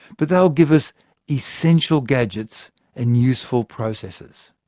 but they'll give us essential gadgets and useful processes.